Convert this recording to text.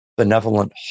Benevolent